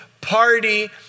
party